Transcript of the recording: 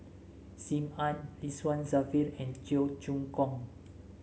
Sim Ann Ridzwan Dzafir and Cheong Choong Kong